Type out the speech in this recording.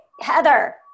Heather